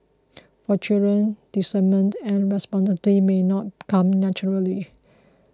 for children discernment and responsibility may not come naturally